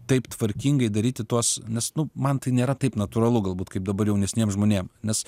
taip tvarkingai daryti tuos nes nu man tai nėra taip natūralu galbūt kaip dabar jaunesniem žmonėm nes